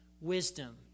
wisdom